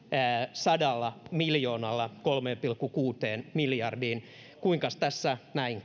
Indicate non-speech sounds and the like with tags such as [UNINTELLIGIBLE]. sadalla miljoonalla kolmeen pilkku kuuteen miljardiin kuinkas tässä näin [UNINTELLIGIBLE]